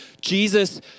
Jesus